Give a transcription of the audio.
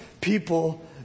people